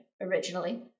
originally